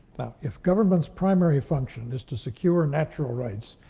if government's primary function is to secure natural rights,